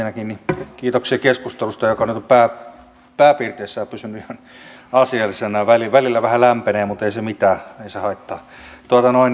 ensinnäkin kiitoksia keskustelusta joka on pääpiirteissään pysynyt ihan asiallisena välillä vähän lämpenee mutta ei se mitään ei se haittaa